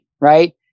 right